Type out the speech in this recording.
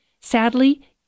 Sadly